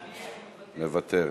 אני מוותר.